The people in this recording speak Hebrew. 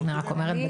אני רק אומרת.